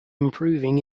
improving